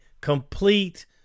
complete